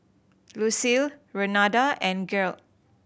Lucile Renada and Gearld